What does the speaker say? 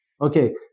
Okay